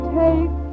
take